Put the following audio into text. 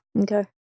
Okay